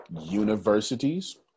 universities